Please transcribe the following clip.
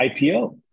ipo